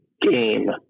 game